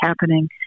happening